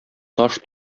таш